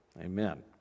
Amen